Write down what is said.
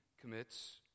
commits